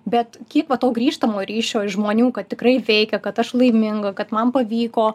bet kiek matau grįžtamojo ryšio iš žmonių kad tikrai veikia kad aš laiminga kad man pavyko